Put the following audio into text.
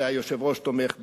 והיושב-ראש תומך בי,